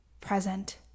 present